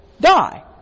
die